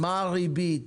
מה הריבית?